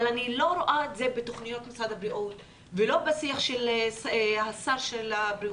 אבל אני לא רואה את זה בתכניות משרד הבריאות ולא בשיח של שר הבריאות.